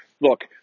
look